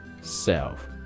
self